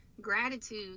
gratitude